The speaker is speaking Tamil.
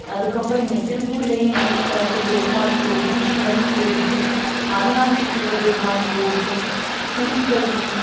அதுக்கப்புறம் இங்கே திருப்பூர்லேயே மெயினில் வந்து பெருமாள் கோவில் சிவன் கோவில் அவினாசி சிவபெருமான் கோவில் திருப்பதி